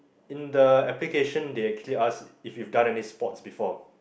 in the application they actually ask if you've done any sports before